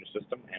system